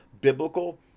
biblical